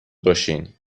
باشین